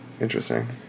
Interesting